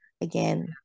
again